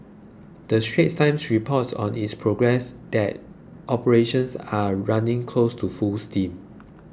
the Straits Times reports on its progress now that operations are running close to full steam